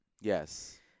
Yes